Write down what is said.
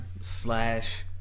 slash